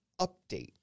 update